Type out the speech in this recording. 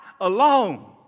alone